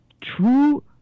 true